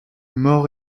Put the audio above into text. mort